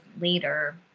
later